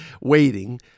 Waiting